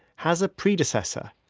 has a predecessor,